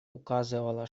указывала